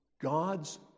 God's